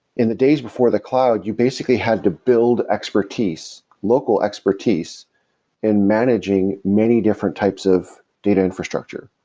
in the days before the cloud, you basically had to build expertise, local expertise and managing many different types of data infrastructure,